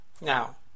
Now